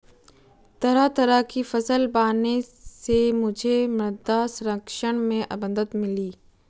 तरह तरह की फसल बोने से मुझे मृदा संरक्षण में मदद मिली